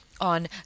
on